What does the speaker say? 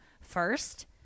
first